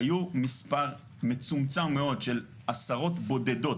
היה מספר מצומצם מאוד של עשרות בודדות,